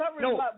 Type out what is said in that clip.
no